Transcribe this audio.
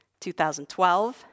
2012